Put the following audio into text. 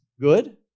good